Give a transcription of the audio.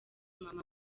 mama